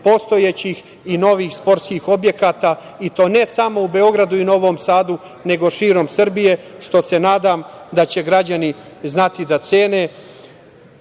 postojećih i novih sportskih objekata i to ne samo u Beogradu i Novom Sadu, nego širom Srbije, što se nadam da će građani znati da cene. Na